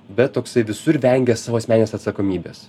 bet toksai visur vengia savo asmeninės atsakomybės